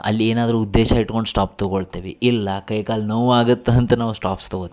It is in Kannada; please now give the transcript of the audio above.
ಅಲ್ಲಿ ಏನಾದರು ಉದ್ದೇಶ ಇಟ್ಕೊಂಡು ಸ್ಟಾಪ್ ತಗೊಳ್ತೆವಿ ಇಲ್ಲ ಕೈ ಕಾಲು ನೋವಾಗುತ ಅಂತ ನಾವು ಸ್ಟಾಪ್ಸ್ ತಗೋತೇವಿ